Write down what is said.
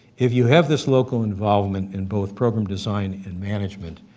if you have this local involvement in both program design and management,